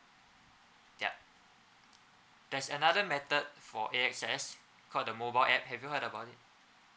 yup there's another method for A_X_S called the mobile app have you heard about it